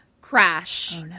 Crash